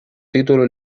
título